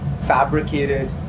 fabricated